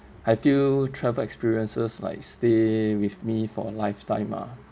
I feel travel experiences like stay with me for a lifetime ah